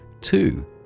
two